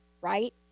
right